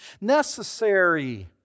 Necessary